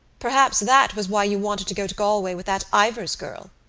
perhaps that was why you wanted to go to galway with that ivors girl?